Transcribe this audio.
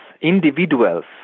individuals